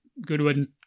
Goodwin